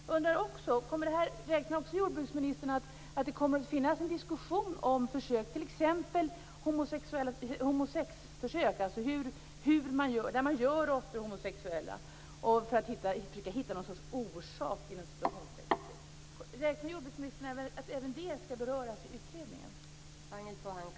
Jag undrar också om jordbruksministern räknar med att det i utredningen kommer att föras en diskussion t.ex. om homosexförsök, där man gör råttor homosexuella för att försöka hitta någon sorts "orsak"?